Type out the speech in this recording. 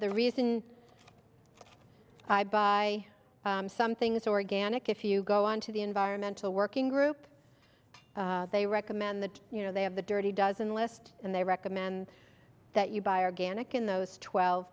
the reason i buy something that's organic if you go on to the environmental working group they recommend that you know they have the dirty dozen list and they recommend that you buy organic in those twelve